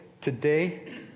today